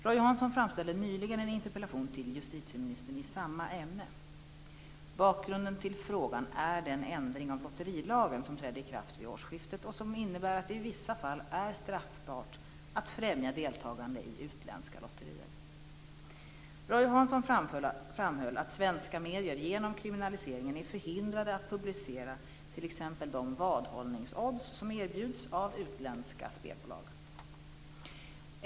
Roy Hansson framställde nyligen en interpellation till justitieministern i samma ämne. Bakgrunden till frågan är den ändring av lotterilagen som trädde i kraft vid årsskiftet och som innebär att det i vissa fall är straffbart att främja deltagande i utländska lotterier. Roy Hansson framhöll att svenska medier genom kriminaliseringen är förhindrade att publicera t.ex. de vadhållningsodds som erbjuds av utländska spelbolag.